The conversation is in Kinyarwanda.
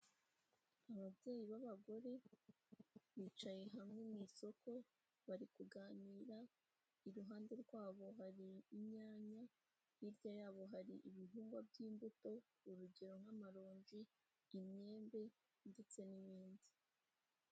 Ababyeyi b'abagore bicaye hamwe mu isoko bari kuganira, iruhande rwabo bari inyanya, hirya yabo hari ibihingwa by'imbuto urugero nk'amaronji, imyembe ndetse n'ibindi.